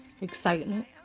excitement